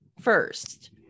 first